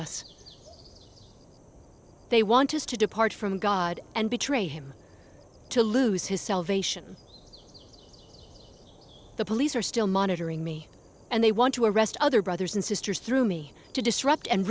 us they want us to depart from god and betray him to lose his salvation the police are still monitoring me and they want to arrest other brothers and sisters through me to disrupt and